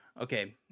Okay